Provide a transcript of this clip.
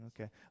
okay